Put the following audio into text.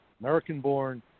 American-born